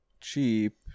cheap